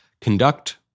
conduct